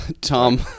Tom